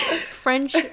French